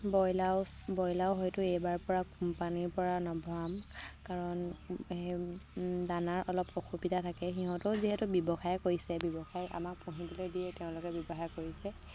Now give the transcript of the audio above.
বইলাউছ ব্ৰইলাৰো হয়তো এইবাৰ পৰা কোম্পানীৰ পৰা নভৰাম কাৰণ কোম্পানীৰ দানাৰ অলপ অসুবিধা থাকে সিহঁতেও যিহেতু ব্যৱসায় কৰিছে ব্যৱসায় আমাক পুহিবলৈ দিয়ে তেওঁলোকে ব্যৱসায় কৰিছে